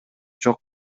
жок